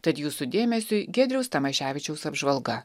tad jūsų dėmesiui giedriaus tamoševičiaus apžvalga